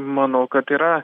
manau kad yra